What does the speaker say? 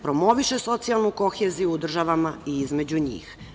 Promoviše socijalnu koheziju u državama i između njih.